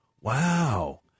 Wow